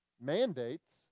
mandates